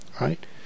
right